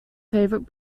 favorite